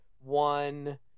one